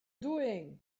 doing